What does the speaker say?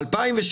ב-2016